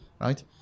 Right